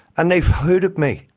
and they hooded me,